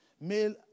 Male